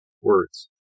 words